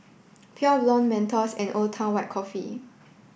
Pure Blonde Mentos and Old Town White Coffee